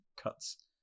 cuts